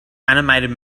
animated